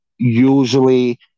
usually